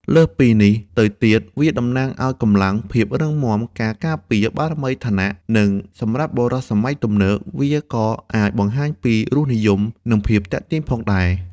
លើសពីនេះទៅទៀត វាតំណាងឲ្យ កម្លាំង ភាពរឹងមាំ ការការពារ បារមី ឋានៈ និងសម្រាប់បុរសសម័យទំនើប វាក៏អាចបង្ហាញពីរសនិយម និងភាពទាក់ទាញផងដែរ។